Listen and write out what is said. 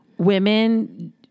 Women